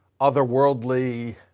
otherworldly